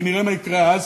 ונראה מה יקרה אז.